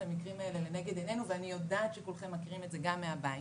המקרים האלה לנגד עינינו ואני יודעת שכולכם מכירים את זה גם מהבית.